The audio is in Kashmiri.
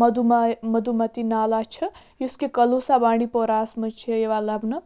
مدُما مدومتی نالا چھُ یُس کہِ قَلوٗسا بانڈی پوراہَس منٛز چھِ یِوان لَبنہٕ